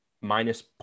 minus